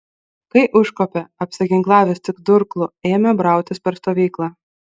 kai užkopė apsiginklavęs tik durklu ėmė brautis per stovyklą